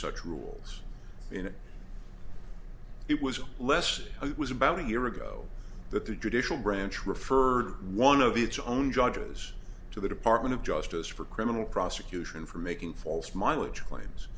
such rules you know it was less it was about a year ago that the judicial branch referred one of its own judges to the department of justice for criminal prosecution for making false mileage cla